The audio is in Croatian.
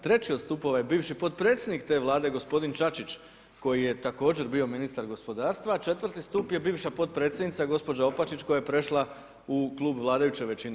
Treći od stupova je bivši potpredsjednik te vlade, g. Čačić koji je također bio ministar gospodarstva, a 4. stup je bivša potpredsjednica gđa. Opačić, koja je prešla u klub vladajuće većine.